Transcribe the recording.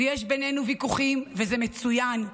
יש בינינו ויכוחים, וזה מצוין,